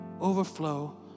overflow